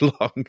long